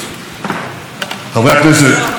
חברי הכנסת, לא מזמן,